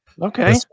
Okay